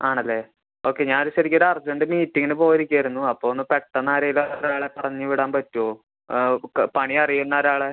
ആണല്ലേ ഓക്കെ ഞാനൊരു ശരിക്കൊരു അർജൻറ്റ് മീറ്റിങ്ങിന് പോവാനിരിക്കുവായിരുന്നു അപ്പോൾ ഒന്ന് പെട്ടന്ന് ആരേലുവൊരാളെ പറഞ്ഞ് വിടാൻ പറ്റുമോ ക പണി അറിയുന്നൊരാളെ